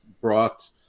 brought